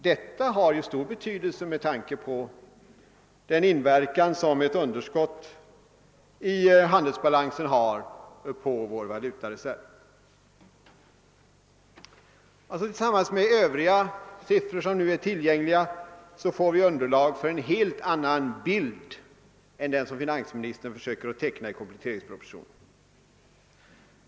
Det har stor betydelse med tanke på den inverkan som ett underskott i handelsbalansen har för vår valutareserv. Tillsammans med övriga siffror som nu är tillgängliga får vi således underlag för en helt annan bild än den som finansministern försöker teckna i kompletteringspropositionen.